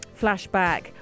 flashback